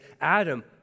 Adam